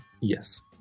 Yes